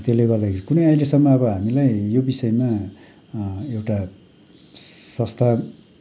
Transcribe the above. त्यसले गर्दाखेरि कुनै अहिलेसम्म अब हामीलाई यो विषयमा एउटा संस्था